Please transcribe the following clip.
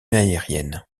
aérienne